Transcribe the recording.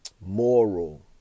moral